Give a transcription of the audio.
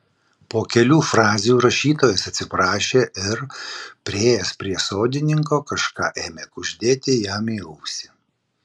po kelių frazių rašytojas atsiprašė ir priėjęs prie sodininko kažką ėmė kuždėti jam į ausį